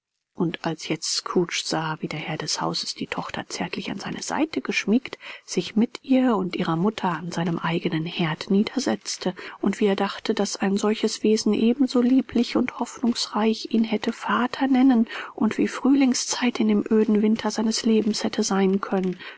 und als jetzt scrooge sah wie der herr des hauses die tochter zärtlich an seine seite geschmiegt sich mit ihr und ihrer mutter an seinem eigenen herd niedersetzte und wie er dachte daß ein solches wesen ebenso lieblich und hoffnungsreich ihn hätte vater nennen und wie frühlingszeit in dem öden winter seines lebens hätte sein können